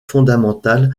fondamentales